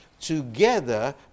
together